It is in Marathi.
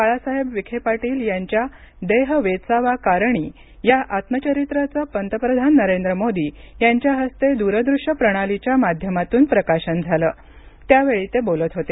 बाळासाहेब विखे पाटील यांच्या देह वेचावा कारणी या आत्मचरित्राचं पंतप्रधान नरेंद्र मोदी यांच्या हस्ते दूरदूश्य प्रणालीच्या माध्यमातून प्रकाशन झालं त्यावेळी ते बोलत होते